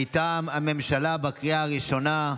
מטעם הממשלה, בקריאה ראשונה.